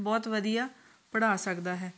ਬਹੁਤ ਵਧੀਆ ਪੜ੍ਹਾ ਸਕਦਾ ਹੈ